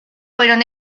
fueron